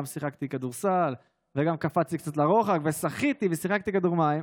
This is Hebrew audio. גם שיחקתי כדורסל וגם קפצתי קצת לרוחק ושחיתי ושיחקתי כדור מים.